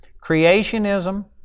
CREATIONISM